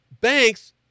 Banks